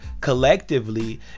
collectively